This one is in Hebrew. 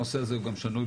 הנושא הזה גם שנוי,